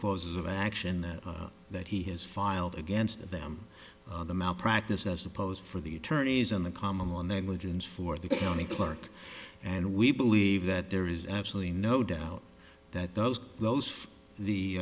causes of action that that he has filed against them the malpractise as opposed for the attorneys on the common law and then legends for the county clerk and we believe that there is absolutely no doubt that those those the